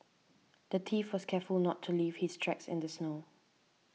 the thief was careful not to leave his tracks in the snow